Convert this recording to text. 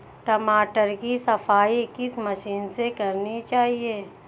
टमाटर की सफाई किस मशीन से करनी चाहिए?